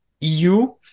EU